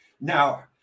Now